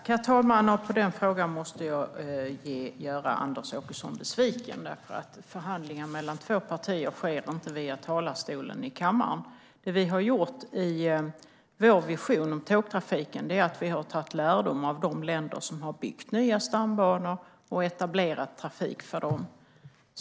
Herr talman! I den frågan måste jag göra Anders Åkesson besviken eftersom förhandlingar mellan två partier inte sker via talarstolen här i kammaren. Det vi har gjort i vår vision om tågtrafiken är att dra lärdom av de länder som har byggt nya stambanor och etablerat trafik för dem.